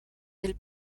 del